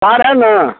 तार है ना